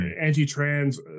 Anti-trans